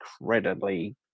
incredibly